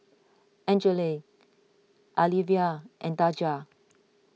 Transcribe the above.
Angele Alyvia and Daja